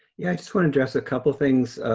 yeah, i just wanna address a couple things.